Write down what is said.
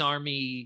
Army